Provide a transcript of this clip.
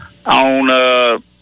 On